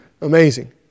amazing